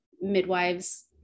midwives